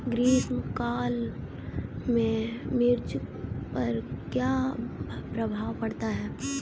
ग्रीष्म काल में मिर्च पर क्या प्रभाव पड़ता है?